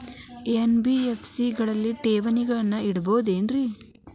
NBFC ಗಳಲ್ಲಿ ಠೇವಣಿಗಳನ್ನು ಇಡಬಹುದೇನ್ರಿ?